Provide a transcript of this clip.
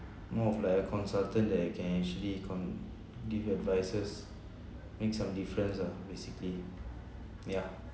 more of like a consultant that I can actually con~ give advices makes some difference lah basically ya